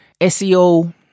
SEO